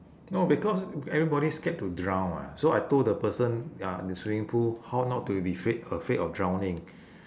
no because everybody scared to drown mah so I told the person ya in the swimming pool how not to be ~fraid afraid of drowning